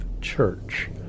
Church